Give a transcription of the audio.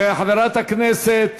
חברת הכנסת